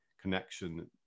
connection